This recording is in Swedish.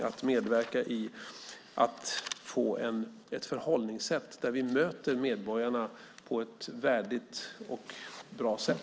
Man vill medverka till att få ett förhållningssätt där vi möter medborgarna på ett värdigt och bra sätt.